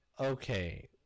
Okay